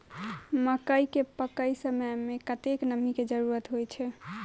मकई केँ पकै समय मे कतेक नमी केँ जरूरत होइ छै?